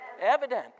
Evident